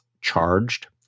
charged